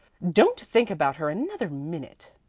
don't think about her another minute.